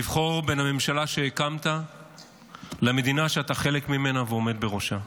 לבחור בין הממשלה שהקמת למדינה שאתה חלק ממנה ועומד בראשה.